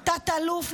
תת-אלוף,